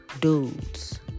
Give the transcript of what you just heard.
dudes